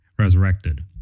Resurrected